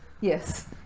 Yes